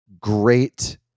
great